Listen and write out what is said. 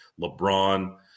LeBron